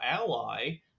ally